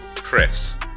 Chris